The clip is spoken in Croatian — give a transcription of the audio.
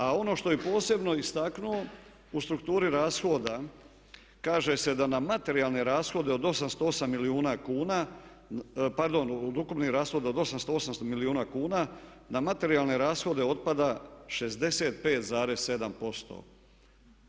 A ono što je posebno istaknuo u strukturi rashoda kaže se da na materijalne rashode od 808 milijuna kuna, pardon od ukupnih rashoda od 800 milijuna kuna na materijalne rashode otpada 65,7%